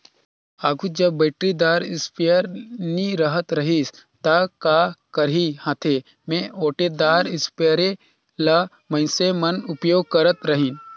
आघु जब बइटरीदार इस्पेयर नी रहत रहिस ता का करहीं हांथे में ओंटेदार इस्परे ल मइनसे मन उपियोग करत रहिन